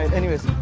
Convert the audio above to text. anyways.